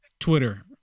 twitter